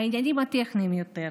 העניינים הטכניים יותר.